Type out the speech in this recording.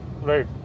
Right